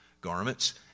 garments